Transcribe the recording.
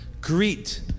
Greet